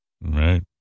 right